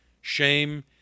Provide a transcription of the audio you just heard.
shame